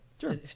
Sure